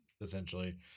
essentially